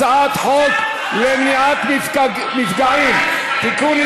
הצעת חוק למניעת מפגעים (תיקון,